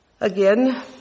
Again